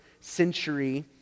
century